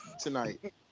tonight